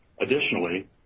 Additionally